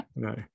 No